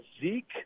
Zeke